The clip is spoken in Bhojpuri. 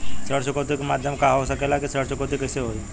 ऋण चुकौती के माध्यम का हो सकेला कि ऋण चुकौती कईसे होई?